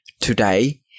today